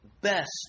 best